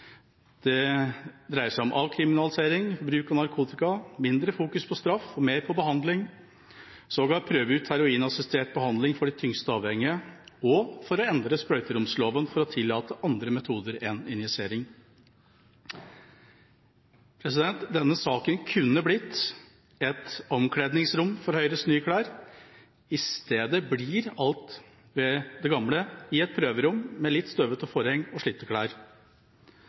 Det dreier seg om avkriminalisering av bruk av narkotika, mindre fokus på straff og mer på behandling, sågar prøve ut heroinassistert behandling for de tyngst avhengige og endre sprøyteromsloven for å tillate andre metoder enn injisering. Denne saken kunne blitt et omkledningsrom for Høyres nye klær, i stedet blir alt ved det gamle, i et prøverom med litt støvete forheng og slitte klær.